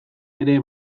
ere